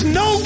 no